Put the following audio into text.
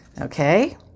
okay